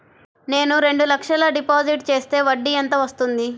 నేను రెండు లక్షల డిపాజిట్ చేస్తే వడ్డీ ఎంత వస్తుంది?